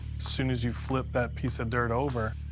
soon as you flip that piece of dirt over,